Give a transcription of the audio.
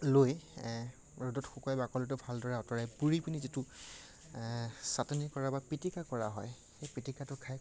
লৈ ৰ'দ শুকুৱাই বাকলিটো ভালদৰে আঁতৰাই ভালদৰে পুৰি পিনি যিটো চাটনি কৰে বা পিটিকা কৰা হয় সেই পিটিকাটো খাই